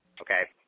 Okay